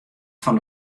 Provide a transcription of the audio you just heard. fan